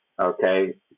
Okay